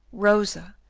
rosa,